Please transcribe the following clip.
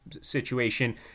situation